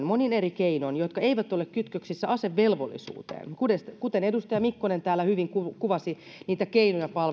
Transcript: monin eri keinoin jotka eivät ole kytköksissä asevelvollisuuteen kuten kuten edustaja mikkonen täällä hyvin kuvasi niitä keinoja palvella